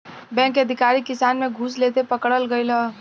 bank के अधिकारी किसान से घूस लेते पकड़ल गइल ह